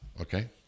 okay